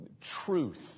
truth